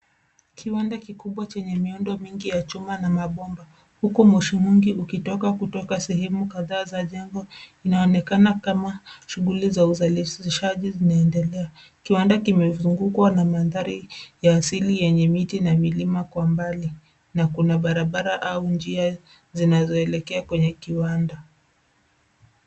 Kiwanda kikubwa chenye miundo mingi ya chuma na mabomba. Huku moshi mwingi ukitoka kutoka sehemu kadhaa za jengo. Inaonekana kama shughuli za uzalishaji zinaendelea. Kiwanda kimezungukwa na mandhari ya asili yenye miti na milima kwa mbali na kuna barabara au njia zinazoelekea kwenye kiwanda.